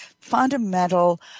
fundamental